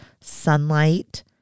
sunlight